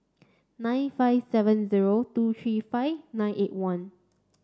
nine five seven zero two three five nine eight one